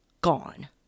gone